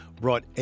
brought